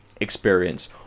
experience